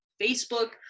Facebook